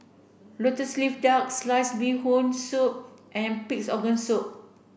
lotus leaf duck sliced fish bee hoon soup and pig's organ soup